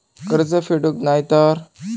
कर्ज फेडूक नाय तर?